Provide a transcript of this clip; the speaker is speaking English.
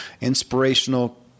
inspirational